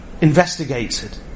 investigated